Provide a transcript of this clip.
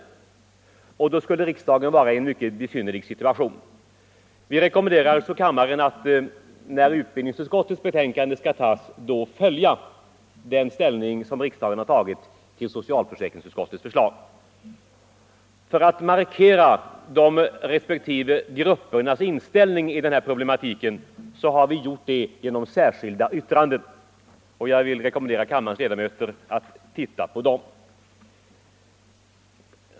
Annars skulle ju riksdagen hamna i en mycket besynnerlig situation. Vi rekommenderar alltså kammaren att vid voteringen om utbildningsutskottets betänkande följa den ställning som riksdagen tagit till socialförsäkringsutskottets förslag. Vi har markerat respektive gruppers inställning till den här problematiken genom särskilda yttranden. Jag vill rekommendera kammarens ledamöter att titta på dem.